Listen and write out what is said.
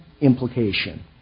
implication